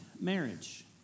marriage